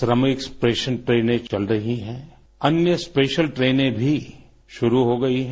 श्रमिक स्पेशल ट्रेनें चल रही हैं अन्य स्पेशल ट्रेने भी शुरू हो गई हैं